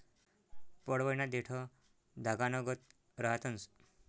पडवयना देठं धागानागत रहातंस